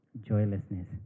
joylessness